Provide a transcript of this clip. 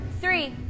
three